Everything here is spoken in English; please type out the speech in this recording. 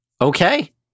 Okay